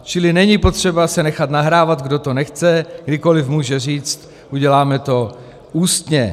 Čili není potřeba se nechat nahrávat, kdo to nechce, kdykoli může říct: uděláme to ústně.